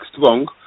strong